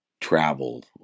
travel